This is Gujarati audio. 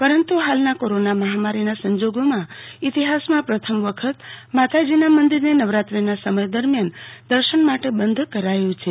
પરંતુ હાલના કોરોના મહામારીના સંજોગોમાં ઇતિહાસમાં પ્રથમ વખત માતાજીના મંદિરને નવરાત્રીના સમય દરમિયાન દર્શન માટે બંધ કરાયું છે